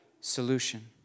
Solution